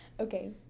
Okay